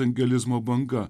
angelizmo banga